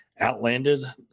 outlanded